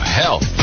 health